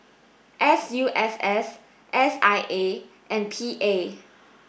S U S S S I A and P A